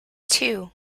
two